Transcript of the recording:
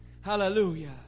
Hallelujah